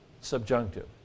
subjunctive